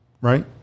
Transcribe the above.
right